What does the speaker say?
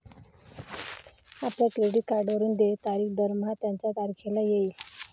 आपल्या क्रेडिट कार्डवरून देय तारीख दरमहा त्याच तारखेला येईल